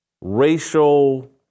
racial